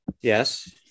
Yes